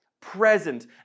Present